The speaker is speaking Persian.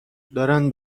دارند